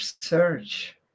search